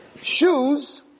shoes